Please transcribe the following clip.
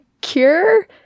cure